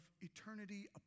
eternity